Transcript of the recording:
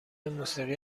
موسیقی